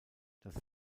das